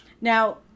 Now